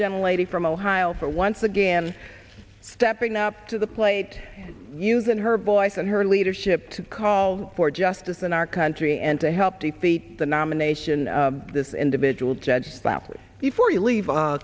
general a from ohio for once again stepping up to the plate and use and her voice and her leadership to call for justice in our country and to help defeat the nomination of this individual judge by office before you leave a